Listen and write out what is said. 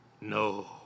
No